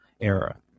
era